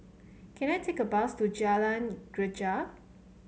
can I take a bus to Jalan Greja